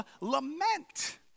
lament